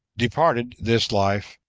departed this life,